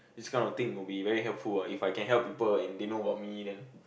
this kind of thing will be very helpful ah If I can help people and they know about me then